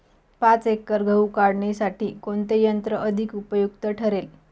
पाच एकर गहू काढणीसाठी कोणते यंत्र अधिक उपयुक्त ठरेल?